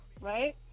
right